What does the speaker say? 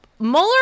Mueller